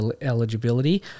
eligibility